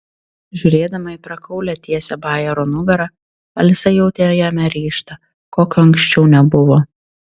žiūrėdama į prakaulią tiesią bajaro nugarą alisa jautė jame ryžtą kokio anksčiau nebuvo